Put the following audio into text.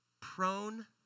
prone